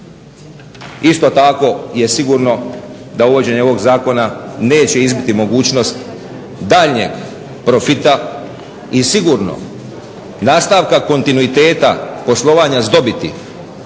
isto tako je sigurno da uvođenje ovog zakona neće izbiti mogućnost daljnjeg profita i sigurno nastavka kontinuiteta poslovanja s dobiti